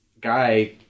guy